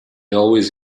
always